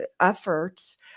efforts